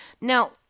Now